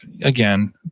again